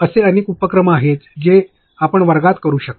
असे अनेक उपक्रम आहेत जे आपण वर्गात करू शकता